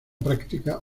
práctica